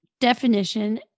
definition